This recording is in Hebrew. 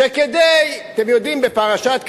שכדי, אתם יודעים, בפרשת קדושים,